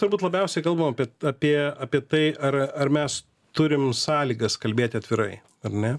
turbūt labiausiai kalbam apie apie apie tai ar ar mes turim sąlygas kalbėti atvirai ar ne